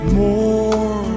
more